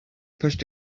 pushed